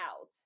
out